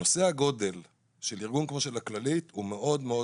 שנושא הגודל של ארגון כמו הכללית הוא מאוד מאוד